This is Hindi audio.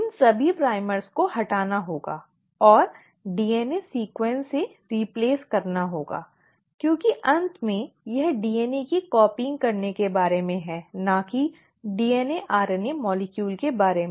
इन सभी प्राइमरों को हटाना होगा और डीएनए अनुक्रम से बदलना होगा क्योंकि अंत में यह DNA की नकल करने के बारे में है न कि डीएनए आरएनए अणु के बारे में